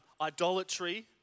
idolatry